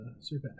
super